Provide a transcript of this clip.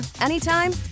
anytime